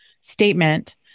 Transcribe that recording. statement